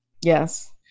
Yes